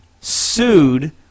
sued